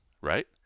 right